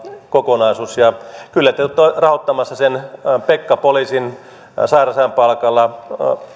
kokonaisuus ja kyllä te olette rahoittamassa sen pekka poliisin sairausajan palkalla